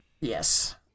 Yes